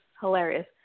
hilarious